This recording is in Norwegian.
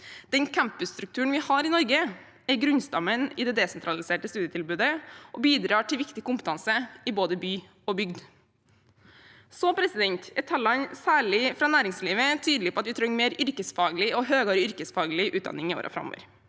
Campusstrukturen vi har i Norge, er grunnstammen i det desentraliserte studietilbudet og bidrar til viktig kompetanse i både by og bygd. Særlig tallene fra næringslivet er tydelige på at vi trenger mer yrkesfaglig og høyere yrkesfaglig utdanning i årene framover.